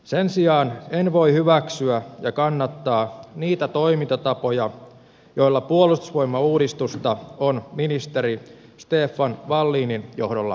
sen sijaan en voi hyväksyä ja kannattaa niitä toimintatapoja joilla puolustusvoimauudistusta on ministeri stefan wallinin johdolla valmisteltu